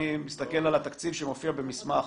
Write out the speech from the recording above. אני מסתכל על התקציב שמופיע במסמך